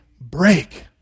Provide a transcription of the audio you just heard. break